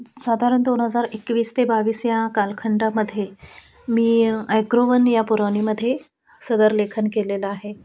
साधारण दोन हजार एकवीस ते बावीस या कालखंडामध्ये मी ॲग्रोवन या पुरवणीमध्ये सदर लेखन केलेलं आहे